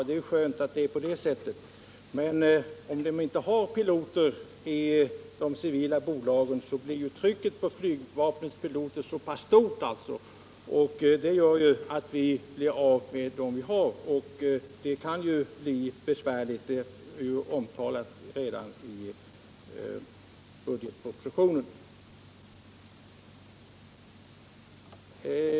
Det är skönt att det är på det sättet, men om det inte finns piloter i de civila bolagen blir ju trycket på flygvapnets piloter stort, och det kan göra att vi blir av med dem, vilket kan skapa problem — det har omtalats redan i budgetpropositionen.